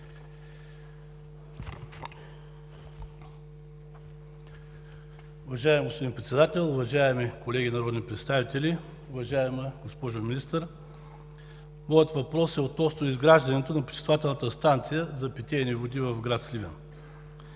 Уважаеми господин Председател, уважаеми колеги народни представители! Уважаема госпожо Министър, моят въпрос е относно изграждането на пречиствателната станция за питейни води в град Сливен.